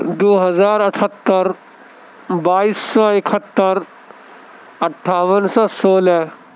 دو ہزار اٹھتر بائیس سو اکہتر اٹھاون سو سولہ